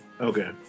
Okay